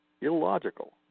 illogical